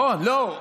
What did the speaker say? לא,